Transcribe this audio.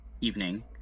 evening